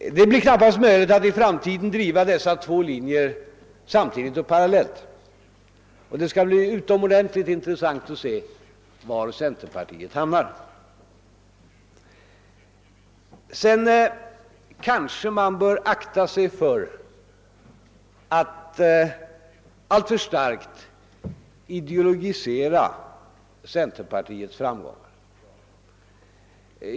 Det blir knappast möjligt att i framtiden driva dessa två linjer samtidigt och parallellt, och det skall bli utomordentligt intressant att se var centerpartiet hamnar. Man bör vidare kanske undvika att alltför starkt ideologisera centerpartiets framgångar.